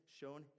shown